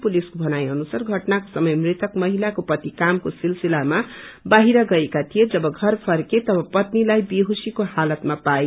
पुलिसको भनाई अनुसार घटनाको समय मृतक महिलाको पति कामको सिलसिलामा बाहिर गएका थिए जब घर फर्के तब पत्निलाई बेहोशीको हालतमा पाए